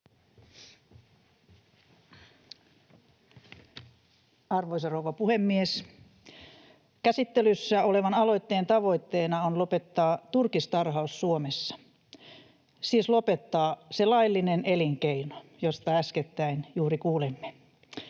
Arvoisa rouva puhemies! Käsittelyssä olevan aloitteen tavoitteena on lopettaa turkistarhaus Suomessa — siis lopettaa se laillinen elinkeino, josta äskettäin juuri kuulimme.